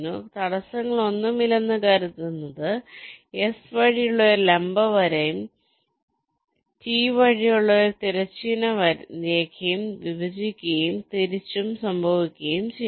അതിനാൽ തടസ്സങ്ങളൊന്നുമില്ലെന്ന് കരുതുന്നത് S വഴിയുള്ള ഒരു ലംബ വരയും T വഴി ഒരു തിരശ്ചീന രേഖയും വിഭജിക്കുകയും തിരിച്ചും സംഭവിക്കുകയും ചെയ്യും